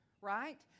right